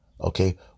Okay